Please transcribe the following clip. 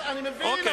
אני מבין,